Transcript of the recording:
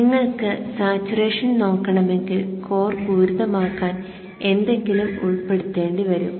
നിങ്ങൾക്ക് സാച്ചുറേഷൻ നോക്കണമെങ്കിൽ കോർ പൂരിതമാക്കാൻ എന്തെങ്കിലും ഉൾപ്പെടുത്തേണ്ടി വരും